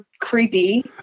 creepy